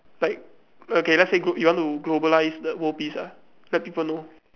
like okay let's say you want to globalise the world peace ah let people know